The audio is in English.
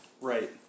Right